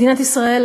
מדינת ישראל